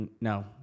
no